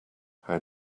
how